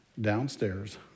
downstairs